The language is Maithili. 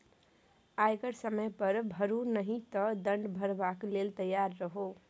आयकर समय पर भरू नहि तँ दण्ड भरबाक लेल तैयार रहु